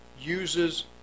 uses